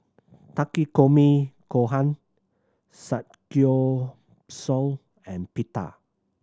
Takikomi Gohan Samgyeopsal and Pita